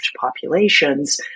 populations